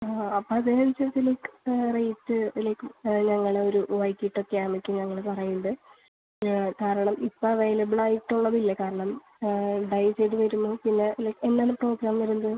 ആ അപ്പോൾ അതിനനുസരിച്ച് ലൈക്ക് റേയ്റ്റ് ലൈക്ക് ഞങ്ങൾ ഒരു വൈകിട്ടൊക്കെ ആവുമ്പോഴേക്ക് ഞങ്ങൾ പറയുമ്പോൾ കാരണം ഇപ്പോൾ അവൈലബിൾ ആയിട്ടുള്ളതില്ലേ കാരണം ഡൈ ചെയ്ത് വരുന്നു പിന്നെ ലൈക്ക് എന്നാണ് പ്രോഗ്രാം വരുന്നത്